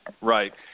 Right